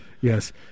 yes